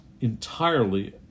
entirely